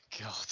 God